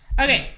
Okay